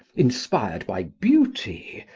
inspired by beauty,